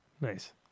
Nice